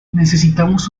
necesitamos